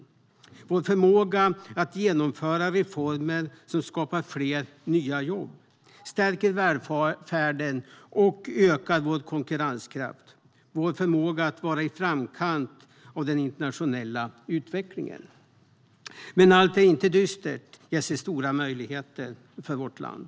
Det handlar om vår förmåga att genomföra reformer som skapar fler nya jobb, stärker välfärden och ökar vår konkurrenskraft - vår förmåga att vara i framkant av den internationella utvecklingen. Men allt är inte dystert. Jag ser också stora möjligheter för vårt land.